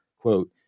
quote